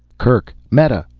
kerk! meta!